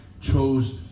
chose